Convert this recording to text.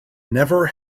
never